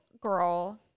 girl